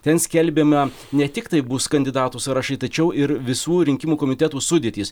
ten skelbiama ne tiktai bus kandidatų sąrašai tačiau ir visų rinkimų komitetų sudėtys